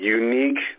unique